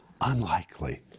Unlikely